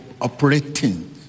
operating